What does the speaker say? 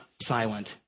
silent